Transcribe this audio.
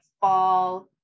fall